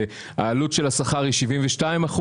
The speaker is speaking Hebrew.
העלות של השכר היא 72%,